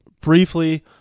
briefly